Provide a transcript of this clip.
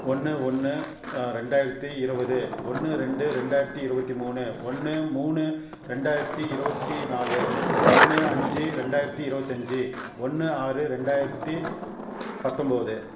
ஒன்று ஒன்று ரெண்டாயிரத்து இருபது ஒன்று ரெண்டு ரெண்டாயிரத்து இருபத்தி மூணு ஒன்று மூணு ரெண்டாயிரத்து இருபத்தி நாலு ஒன்று அஞ்சு ரெண்டாயிரத்து இருபத்தஞ்சி ஒன்று ஆறு ரெண்டாயிரத்து பத்தொம்பது